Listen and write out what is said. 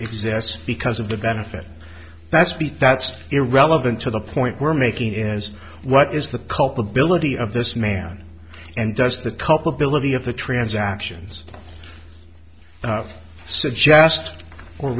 exists because of the benefit that speech that's irrelevant to the point we're making is what is the culpability of this man and does the culpability of the transactions suggest or